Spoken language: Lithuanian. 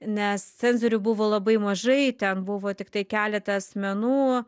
nes cenzorių buvo labai mažai ten buvo tiktai keletą asmenų